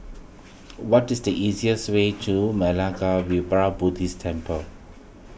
what is the easiest way to Buddhist Temple